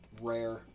Rare